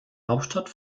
hauptstadt